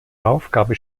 aufgabe